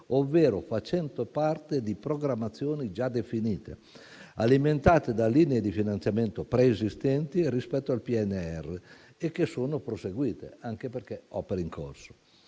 ovvero facenti parte di programmazioni già definite, alimentate da linee di finanziamento preesistenti rispetto al PNRR e che sono proseguite, anche perché opere in corso.